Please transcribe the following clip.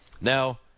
Now